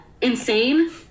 insane